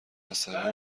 عصبی